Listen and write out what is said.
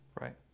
Right